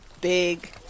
big